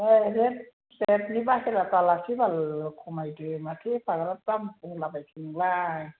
रालायदो साइदनि बाहेरा दालासै बाल खमायदो माथो एफाग्राब दाम बुंला बायखो नोंलाय